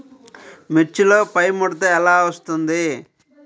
మిర్చిలో పైముడత ఎలా వస్తుంది?